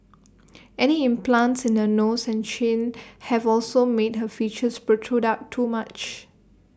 any implants in her nose and chin have also made her features protrude out too much